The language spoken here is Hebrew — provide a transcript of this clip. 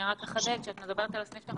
אני אחדד ואומר שכשאת מדברת על הסניף שלך